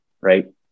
right